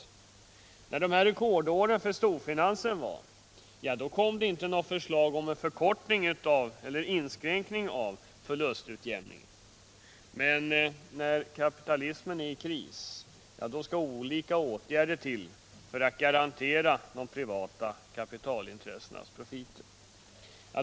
Under de rekordår som storfinansen då hade kom inget förslag om förkortning av eller inskränkning i förlustutjämningen, men när kapitalismen är i kris skall olika åtgärder till för att garantera de privata kapitalintressena profiter.